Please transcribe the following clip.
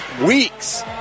weeks